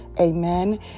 Amen